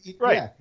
right